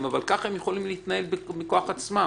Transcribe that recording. אבל ככה הם יכולים להתנהל בכוח עצמם.